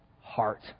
heart